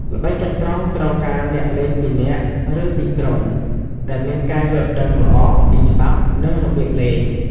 ល្បែងចត្រង្គត្រូវការអ្នកលេងពីរនាក់ ឬពីរជាក្រុម ដែលមានការយល់ដឹងល្អអំពីច្បាប់ និងរបៀបលេង។